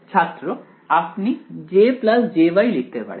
ছাত্র আপনি J jY লিখতে পারেন